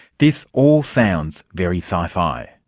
this all sounds very sci-fi,